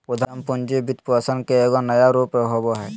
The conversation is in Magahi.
उद्यम पूंजी वित्तपोषण के एगो नया रूप होबा हइ